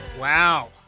Wow